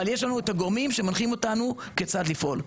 אבל יש לנו את הגורמים שמנחים אותנו כיצד לפעול.